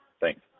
Thanks